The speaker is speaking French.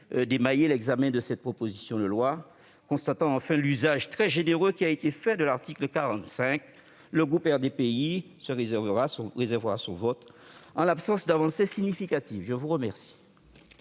d'émailler l'examen de cette proposition de loi, constatant enfin l'usage très généreux qui a été fait de l'article 45 de la Constitution, le groupe RDPI réservera son vote en l'absence d'avancées significatives. La parole